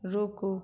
रूकु